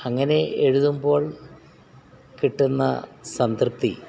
അങ്ങനെ എഴുതുമ്പോൾ കിട്ടുന്ന സംതൃപ്തി